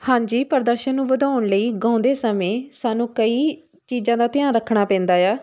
ਹਾਂਜੀ ਪ੍ਰਦਰਸ਼ਨ ਨੂੰ ਵਧਾਉਣ ਲਈ ਗਾਉਂਦੇ ਸਮੇਂ ਸਾਨੂੰ ਕਈ ਚੀਜ਼ਾਂ ਦਾ ਧਿਆਨ ਰੱਖਣਾ ਪੈਂਦਾ ਆ